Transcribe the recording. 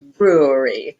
brewery